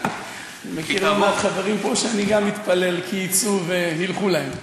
אני מכיר לא מעט חברים פה שאני גם מתפלל כי יצאו וילכו להם,